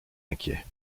inquiet